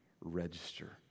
register